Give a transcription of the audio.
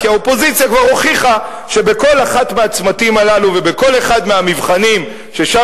כי האופוזיציה כבר הוכיחה שבכל אחד מהצמתים הללו ובכל אחד מהמבחנים ששם